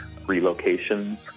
relocations